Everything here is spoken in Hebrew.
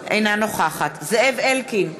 אינה נוכחת זאב אלקין,